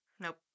Nope